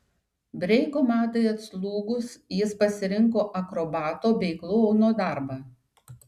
breiko madai atslūgus jis pasirinko akrobato bei klouno darbą